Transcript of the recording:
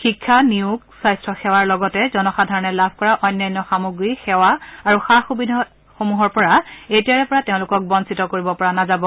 শিক্ষা নিয়োগ স্বাস্থ্য সেৱাৰ লগতে জনসাধাৰণে লাভ কৰা অন্যান্য সামগ্ৰী সেৱা আৰু সা সুবিধাসমূহৰ পৰা এতিয়াৰেপৰা তেওঁলোকক বঞ্চিত কৰিব পৰা নাযাব